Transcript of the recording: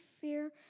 fear